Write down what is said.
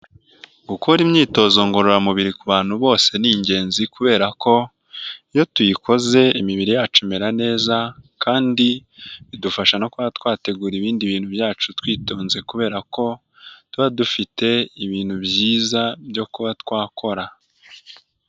Gukora imyitozo ngororamubiri ku bantu bose ni ingenzi kubera ko iyo tuyikoze imibiri yacu imera neza kandi bidufasha no kuba twategura ibindi bintu byacu twitonze kubera ko tuba dufite ibintu byiza byo kuba twakora.